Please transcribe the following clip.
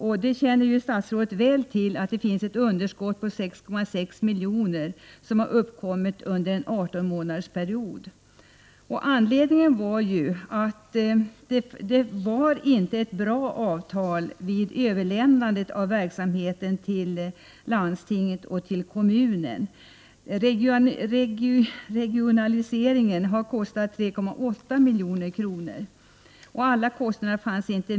Statsrådet känner väl till att det finns ett underskott på 6,6 milj.kr. som har uppkommit under en 18-månadersperiod. Anledningen till underskottet var ju att avtalet vid överlämnandet av verksamheten till landstinget och kommunen inte var bra. Regionaliseringen kostade 3,8 milj.kr., och alla kostnader redovisades inte.